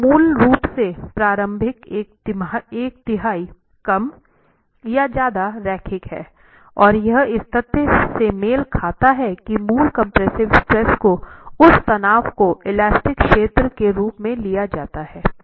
तो मूल रूप से प्रारंभिक एक तिहाई कम या ज्यादा रैखिक है और यह इस तथ्य से मेल खाता है कि मूल कम्प्रेसिव स्ट्रेस को उस तनाव को इलास्टिक क्षेत्र के रूप में लिया जाता है